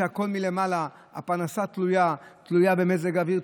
הכול מלמעלה: הפרנסה תלויה במזג האוויר,